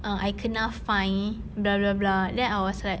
err I kena fined blah blah blah then I was like